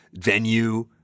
venue